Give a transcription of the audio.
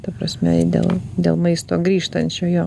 ta prasme i dėl dėl maisto grįžtančio jo